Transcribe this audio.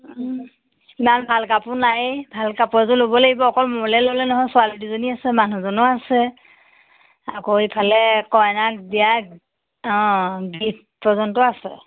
ইমান ভাল কাপোৰ নায়েই ভাল কাপোৰ এযোৰ ল'ব লাগিব অকল মোলে ল'লে নহয় ছোৱালী দুজনী আছে মানুহজনো আছে আকৌ ইফালে কইনাক দিয়া অ গীফ্ট পৰ্যন্ত আছে